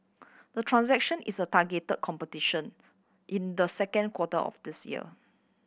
the transaction is a targeted completion in the second quarter of this year